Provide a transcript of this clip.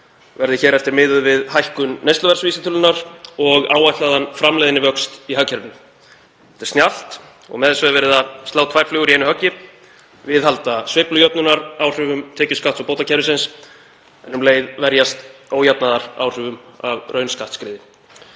verði hér eftir miðuð við hækkun neysluverðsvísitölunnar og áætlaðan framleiðnivöxt í hagkerfinu. Þetta er snjallt og með þessu er verið að slá tvær flugur í einu höggi, viðhalda sveiflujöfnunaráhrifum tekjuskatts- og bótakerfisins en um leið verjast ójafnaðaráhrifum af raunskattsskriði.